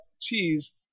cheese